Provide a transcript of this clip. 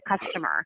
customer